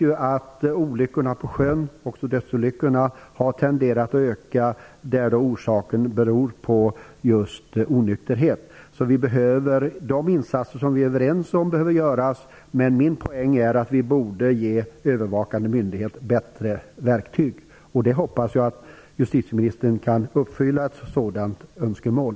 Vi vet att olyckorna på grund av onykterhet ute på sjön, också dödsolyckor, har tenderat att öka. De insatser som vi är överens om behöver göras, men min poäng är att vi borde ge övervakande myndighet bättre verktyg. Jag hoppas att justitieministern kan uppfylla ett sådant önskemål.